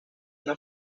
una